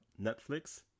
Netflix